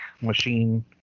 Machine